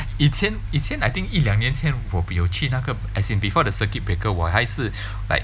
以前以前 I think 一两年前我有去那个 as in before the circuit breaker 我还是 like